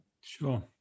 Sure